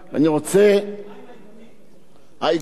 יש הסכמה בין השלטון מקומי,